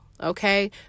Okay